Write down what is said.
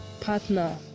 partner